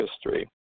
history